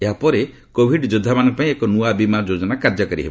ଏହା ପରେ କୋଭିଡ୍ ଯୋଦ୍ଧାମାନଙ୍କ ପାଇଁ ଏକ ନୃଆ ବୀମା ଯୋଜନା କାର୍ଯ୍ୟକାରୀ ହେବ